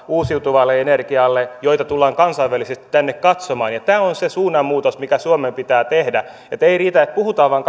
uusiutuvalle energialle näyteikkunoita joita tullaan kansainvälisesti tänne katsomaan tämä on se suunnanmuutos mikä suomen pitää tehdä ei riitä että puhutaan vain